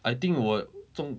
I think 我中